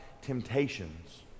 temptations